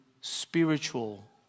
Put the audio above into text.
spiritual